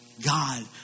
God